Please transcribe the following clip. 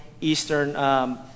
Eastern